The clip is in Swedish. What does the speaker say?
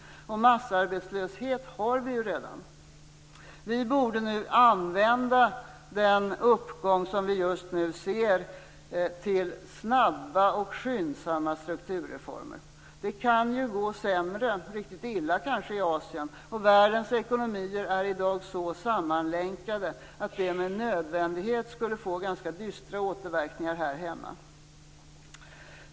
Och massarbetslöshet har vi ju redan. Vi borde nu använda den uppgång som vi just nu ser till skyndsamma strukturreformer. Det kan ju gå sämre - kanske riktigt illa - i Asien, och världens ekonomier är i dag så sammanlänkade att det med nödvändighet skulle få ganska dystra återverkningar här hemma.